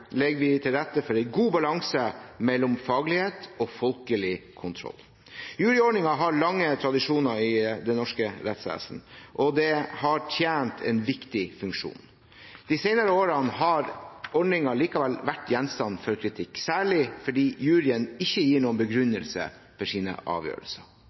legger frem, legger vi til rette for en god balanse mellom faglighet og folkelig kontroll. Juryordningen har lange tradisjoner i det norske rettsvesenet, og det har tjent en viktig funksjon. De senere årene har ordningen likevel vært gjenstand for kritikk, særlig fordi juryen ikke gir noen begrunnelse for sine avgjørelser.